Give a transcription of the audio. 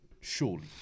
Surely